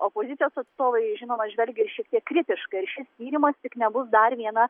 opozicijos atstovai žinoma žvelgia šiek tiek kritiškai ar šis tyrimas tik nebus dar viena